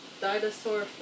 dinosaur